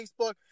Facebook